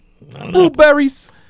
blueberries